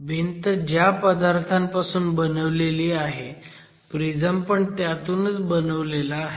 भिंत ज्या पदार्थांपासून बनवलेली आहे प्रिझम पण त्यातूनच बनवलेला आहे